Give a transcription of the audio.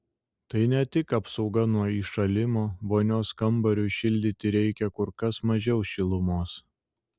tai ne tik apsauga nuo įšalimo vonios kambariui šildyti reikia kur kas mažiau šilumos